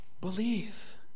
Believe